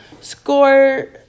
score